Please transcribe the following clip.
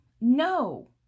No